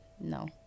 No